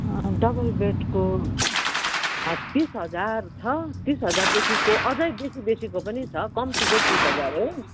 double बेडको तिस हजार छ तिस हजारदेखिको अझै बेसी बेसीको पनि छ कम्ती चाहिँ तिस हजार हो